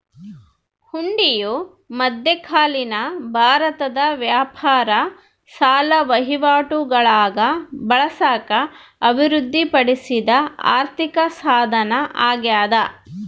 ಹುಂಡಿಯು ಮಧ್ಯಕಾಲೀನ ಭಾರತದ ವ್ಯಾಪಾರ ಸಾಲ ವಹಿವಾಟುಗುಳಾಗ ಬಳಸಾಕ ಅಭಿವೃದ್ಧಿಪಡಿಸಿದ ಆರ್ಥಿಕಸಾಧನ ಅಗ್ಯಾದ